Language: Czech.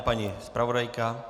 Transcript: Paní zpravodajka.